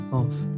off